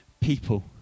people